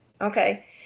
Okay